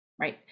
right